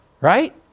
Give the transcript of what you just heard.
right